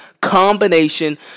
combination